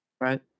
Right